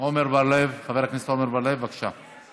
עמר בר-לב, חבר הכנסת עמר בר-לב, בבקשה.